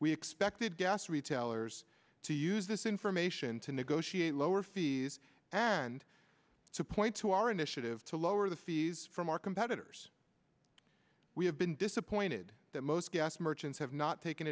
we expected gas retailers to use this information to negotiate lower fees and to point to our initiative to lower the fees from our competitors we have been disappointed that most gas merchants have not taken